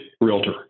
realtor